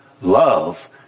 Love